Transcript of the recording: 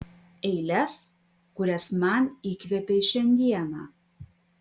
eiles kurias man įkvėpei šiandieną